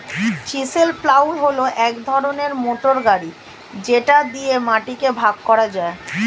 chisel plough হল এক ধরনের মোটর গাড়ি যেটা দিয়ে মাটিকে ভাগ করা যায়